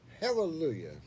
Hallelujah